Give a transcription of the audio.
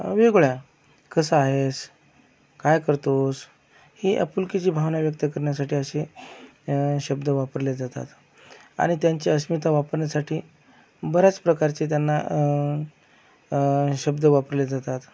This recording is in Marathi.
वेगळ्या कसा आहेस काय करतोस ही आपुलकीची भावना व्यक्त करण्यासाठी असे शब्द वापरले जातात आणि त्यांची अस्मिता वापरण्यासाठी बऱ्याच प्रकारचे त्यांना शब्द वापरले जातात